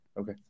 Okay